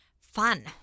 fun